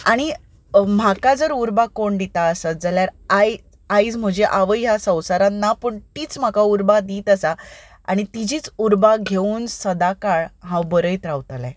आनी म्हाका जर उर्बा कोण दिता आसत जाल्यार आयज म्हजी आवय ह्या संवसारांत ना पूण तीच म्हाका उर्बा दीत आसा आनी तिचीच उर्बा घेवून सदांकाळ हांव बरयत रावतलें